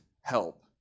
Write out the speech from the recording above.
help